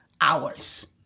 hours